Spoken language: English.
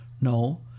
No